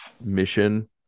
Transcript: mission